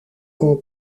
como